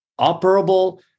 operable